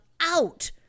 out